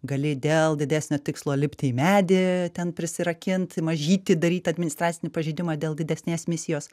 gali dėl didesnio tikslo lipti į medį ten prisirakint mažytį daryt administracinį pažeidimą dėl didesnės misijos